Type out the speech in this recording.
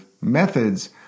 methods